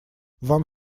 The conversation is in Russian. вам